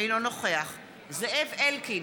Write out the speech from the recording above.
אינו נוכח זאב אלקין,